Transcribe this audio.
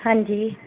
ਹਾਂਜੀ